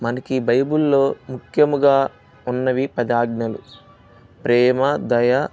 మనకు బైబిల్లో ముఖ్యంగా ఉన్నవి పది ఆజ్ఞలు ప్రేమ దయ